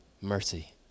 mercy